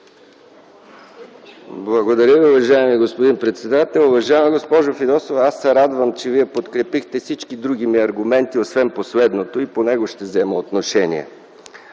Благодаря, уважаеми господин председател. Уважаема госпожо Фидосова, аз се радвам, че Вие подкрепихте всички други мои аргументи, освен последния, и по него ще взема отношение.